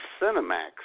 Cinemax